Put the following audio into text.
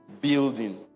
building